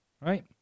Right